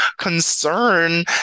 concern